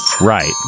Right